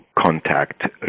contact